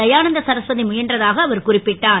தயானந்த சரஸ்வதி முயன்றதாக அவர் குறிப்பிட்டார்